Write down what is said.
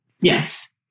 Yes